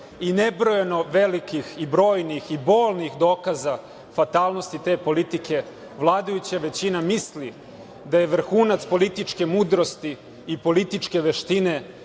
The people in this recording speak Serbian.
i nebrojeno velikih i brojnih i bolnih dokaza fatalnosti te politike vladajuća većina misli da je vrhunac političke mudrosti i političke veštine